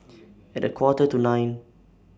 At A Quarter to nine